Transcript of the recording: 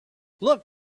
look